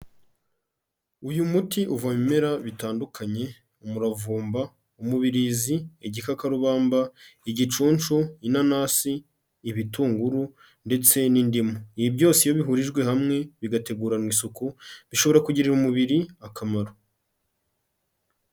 Uyu muti uva mu bimera bitandukanye umuravumba, umubirizi, igikakarubamba, igicunshu, inanasi, ibitunguru ndetse n'indimu. Ibi byose iyo bihurijwe hamwe bigateguranwa isuku bishobora kugirira umubiri akamaro.